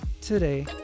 today